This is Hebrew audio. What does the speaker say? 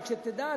רק שתדע,